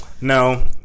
No